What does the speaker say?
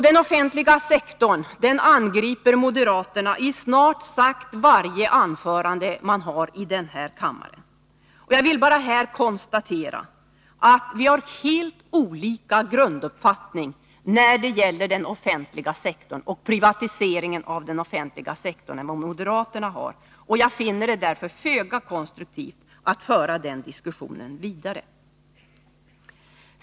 Den offentliga sektorn attackerar moderaterna i snart sagt varje anförande som de håller i denna kammare. Jag vill här bara konstatera att vi har en helt annan grunduppfattning när det gäller den offentliga sektorn och privatiseringen av denna än vad moderaterna har. Jag finner det därför föga konstruktivt att föra den diskussionen vidare.